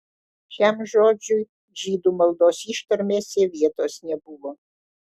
šiam žodžiui žydų maldos ištarmėse vietos nebuvo